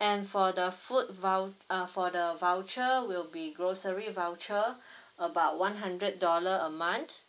and for the food vou~ uh for the voucher will be grocery voucher about one hundred dollar a month